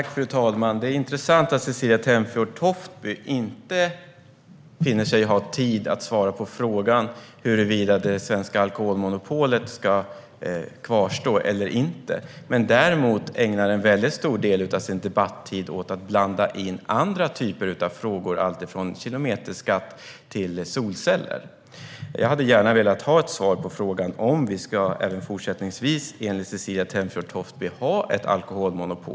Fru talman! Det är intressant att Cecilie Tenfjord-Toftby inte finner sig ha tid att svara på frågan om huruvida det svenska alkoholmonopolet ska kvarstå eller inte men däremot ägnar en väldigt stor del av sin debattid åt att blanda in andra typer av frågor, alltifrån kilometerskatt till solceller. Jag hade gärna velat ha ett svar på frågan om vi även fortsättningsvis, enligt Cecilie Tenfjord-Toftby, ska ha ett alkoholmonopol.